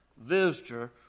visitor